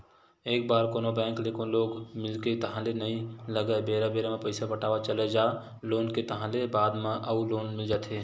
एक बार कोनो बेंक ले लोन मिलगे ताहले नइ लगय बेरा बेरा म पइसा पटावत चले जा लोन के ताहले बाद म अउ लोन मिल जाथे